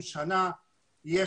אם זה בביזנס ואם זה בחינוך,